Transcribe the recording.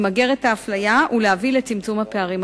למגר את האפליה ולהביא לצמצום הפערים החברתיים.